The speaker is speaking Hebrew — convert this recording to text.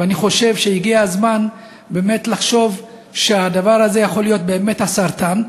ואני חושב שהגיע הזמן באמת לחשוב שהדבר הזה יכול להיות באמת הסרטן.